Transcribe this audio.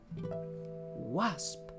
Wasp